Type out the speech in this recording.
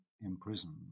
imprisoned